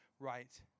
Right